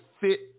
fit